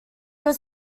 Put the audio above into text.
was